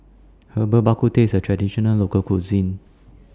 Herbal Bak Ku Teh IS A Traditional Local Cuisine